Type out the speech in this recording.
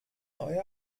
neue